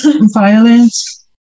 violence